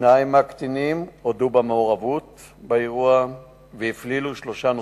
שניים מהקטינים הודו במעורבות באירוע והפלילו שלושה נוספים.